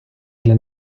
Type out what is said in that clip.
для